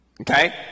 Okay